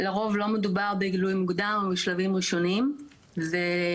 לרוב לא מדובר בגילוי מוקדם ובשלבים ראשוניים ואני